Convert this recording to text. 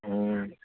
हय